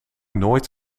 nooit